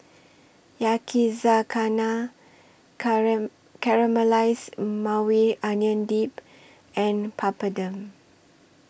Yakizakana Caramelized Maui Onion Dip and Papadum